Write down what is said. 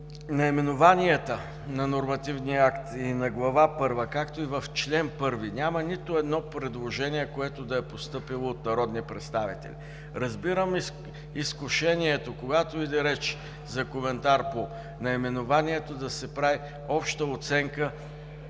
наименованията на нормативния акт и на Глава първа, както и в чл. 1, няма нито едно предложение, което да е постъпило от народни представители. Разбирам изкушението, когато иде реч за коментар по наименованието, да се прави обща оценка